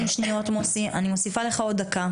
מוסי, אני מוסיפה לך עוד דקה.